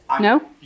no